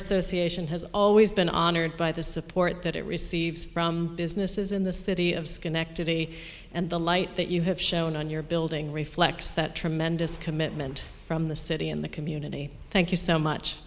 association has always been honored by the support that it receives from businesses in the city schenectady and the light that you have shown on your building reflects that tremendous commitment from the city and the community thank you so much